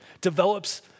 develops